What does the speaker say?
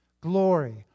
glory